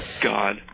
god